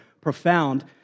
profound